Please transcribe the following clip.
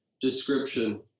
description